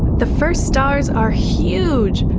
the first stars are huge,